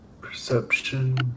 Perception